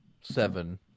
seven